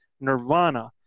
Nirvana